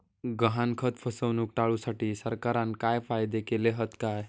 गहाणखत फसवणूक टाळुसाठी सरकारना काय कायदे केले हत काय?